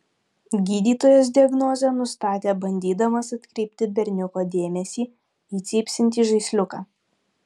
gydytojas diagnozę nustatė bandydamas atkreipti berniuko dėmesį į cypsintį žaisliuką